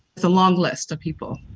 it's a long list of people?